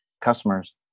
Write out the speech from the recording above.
customers